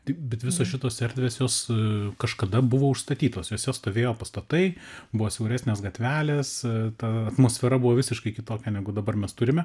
tai bet visos šitos erdvės jos kažkada buvo užstatytos jose stovėjo pastatai buvo siauresnės gatvelės ta atmosfera buvo visiškai kitokia negu dabar mes turime